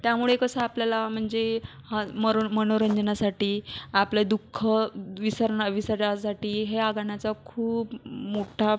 त्यामुळे कसं आपल्याला म्हणजे ह मरो मनोरंजनासाठी आपलं दुःख विसरना विसरालसाठी ह्या गाण्याचा खूप मोठ्ठा